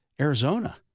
Arizona